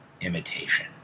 imitation